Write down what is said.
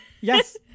Yes